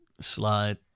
slide